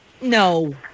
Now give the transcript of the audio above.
no